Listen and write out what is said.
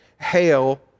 hail